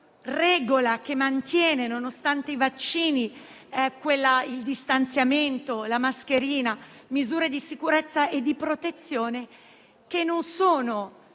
regola che mantiene, nonostante i vaccini, il distanziamento, la mascherina e le misure di sicurezza e di protezione che non sono